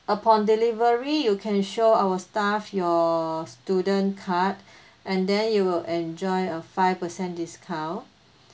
upon delivery you can show our staff your student card and then you will enjoy a five percent discount